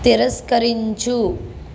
తిరస్కరించు